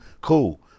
cool